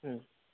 হুম